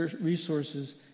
resources